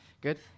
Good